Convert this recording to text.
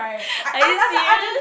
I didn't see